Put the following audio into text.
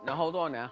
and hold on now.